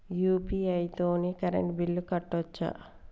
UPI తోని current bill కట్టుకోవచ్ఛా?